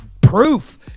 proof